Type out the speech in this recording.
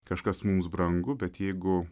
kažkas mums brangu bet jeigu